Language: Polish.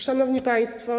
Szanowni Państwo!